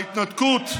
בהתנתקות,